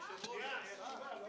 היושב-ראש, יש תשובה, לא?